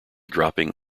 dropping